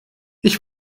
ich